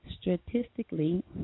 Statistically